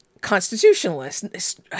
constitutionalist